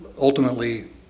ultimately